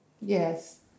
Yes